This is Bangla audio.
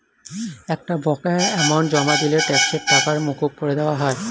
একটা বকেয়া অ্যামাউন্ট জমা দিলে ট্যাক্সের টাকা মকুব করে দেওয়া হয়